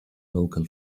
local